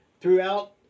throughout